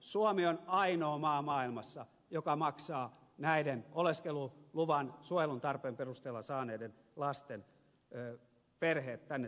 suomi on ainoa maa maailmassa joka maksaa näiden oleskeluluvan suojelun tarpeen perusteella saaneiden lasten perheet tänne suomeen